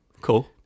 Cool